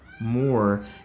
more